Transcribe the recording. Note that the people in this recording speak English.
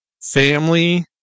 family